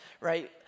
right